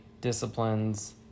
disciplines